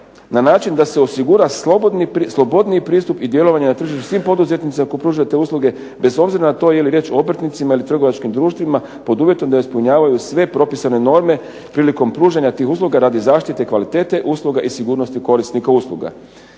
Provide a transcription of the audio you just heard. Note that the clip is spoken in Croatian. na način da se osigura slobodniji pristup i djelovanja na tržištu svim poduzetnicima ako pružaju te usluge bez obzira na to je li riječ o obrtnicima ili trgovačkim društvima pod uvjetom da ispunjavaju sve propisane norme prilikom pružanja tih usluga radi zaštite kvalitete usluga i sigurnosti korisnika usluga.